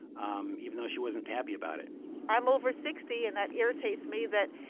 um even though she wasn't happy about it i'm over sixty, and that irritates me that,